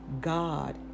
God